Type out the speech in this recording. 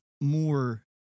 more